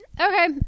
Okay